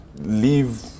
leave